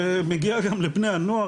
שמגיע גם לבני הנוער,